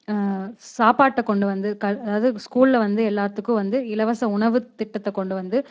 சாப்பாட்டை கொண்டு வந்து கல் அதாவது ஸ்கூலில் வந்து எல்லாத்துக்கும் வந்து இலவச உணவு திட்டத்தை கொண்டு வந்து